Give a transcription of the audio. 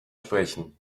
sprechen